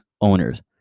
owners